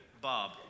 Bob